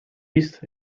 east